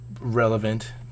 relevant